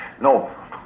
No